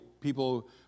People